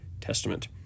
Testament